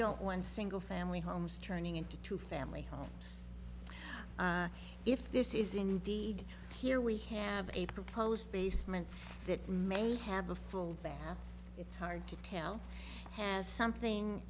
don't one single family homes turning into two family homes if this is indeed here we have a proposed basement that may have a full bath it's hard to tell has something